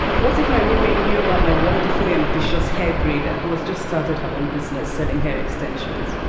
what if my roommate knew about my wonderfully ambitious hair braider, who has just started her own business selling hair extensions?